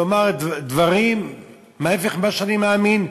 לומר דברים הפוכים ממה שאני מאמין?